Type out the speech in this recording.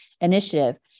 initiative